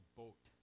boat